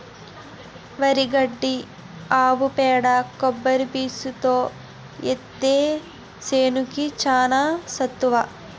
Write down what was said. వరి గడ్డి ఆవు పేడ కొబ్బరి పీసుతో ఏత్తే సేనుకి చానా సత్తువ